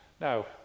Now